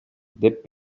деп